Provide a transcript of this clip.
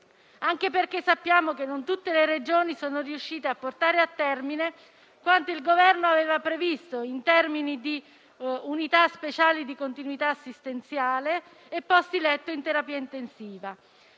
anche perché sappiamo che non tutte le Regioni sono riuscite a portare a termine quanto il Governo aveva previsto in termini di unità speciali di continuità assistenziale e posti letto in terapia intensiva.